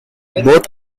both